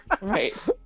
Right